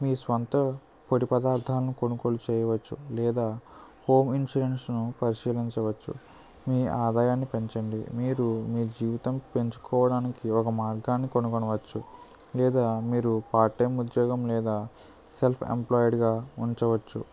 మీ స్వంత పొడిపదార్ధాలని కొనుగోలు చేయవచ్చు లేదా హోమ్ ఇన్సూరెన్స్ను పరిశీలించవచ్చు మీ ఆదాయాన్ని పెంచండి మీరు మీ జీవితం పెంచుకోవడానికి ఒక మార్గాన్ని కనుగొనవచ్చు లేదా మీరు పార్ట్ టైం ఉద్యోగం లేదా సెల్ఫ్ ఎంప్లాయిగా ఉండవచ్చు